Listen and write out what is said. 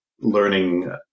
learning